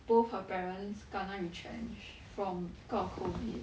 both her parents kena retrenched from 个 COVID